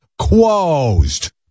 closed